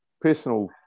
personal